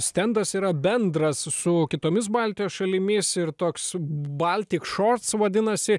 stendas yra bendras su kitomis baltijos šalimis ir toks baltik šots vadinasi